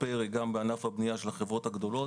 פרי גם בענף הבנייה של החברות הגדולות.